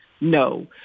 no